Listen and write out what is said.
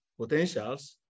potentials